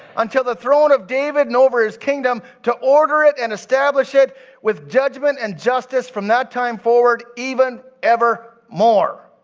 until the throne of david and over his kingdom, to order it and establish it with judgment and justice from that time forward, even ever more.